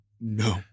No